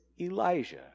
Elijah